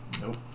Nope